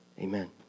amen